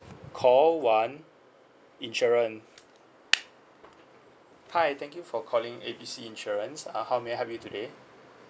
call one insurance hi thank you for calling A B C insurance uh how may I help you today